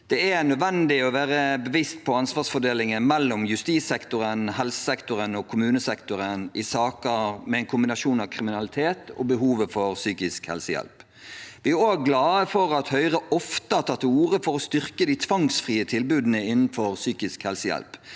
Det er nødvendig å være bevisst på ansvarsfordelingen mellom justissektoren, helsesektoren og kommunesektoren i saker med en kombinasjon av kriminalitet og behovet for psykisk helsehjelp. Vi er også glade for at Høyre ofte har tatt til orde for å styrke de tvangsfrie tilbudene innenfor psykisk helsehjelp.